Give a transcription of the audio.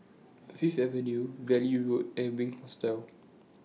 Fifth Avenue Valley Road and Wink Hostel